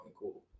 cool